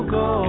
go